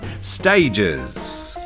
Stages